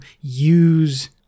use